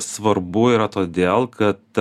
svarbu yra todėl kad